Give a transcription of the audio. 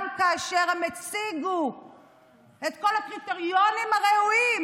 כאשר הם הציגו את כל הקריטריונים הראויים?